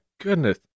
goodness